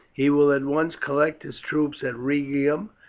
he will at once collect his troops at rhegium,